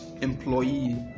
employee